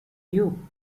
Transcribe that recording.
you